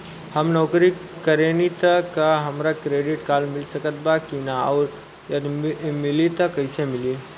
हम नौकरी करेनी त का हमरा क्रेडिट कार्ड मिल सकत बा की न और यदि मिली त कैसे मिली?